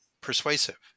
persuasive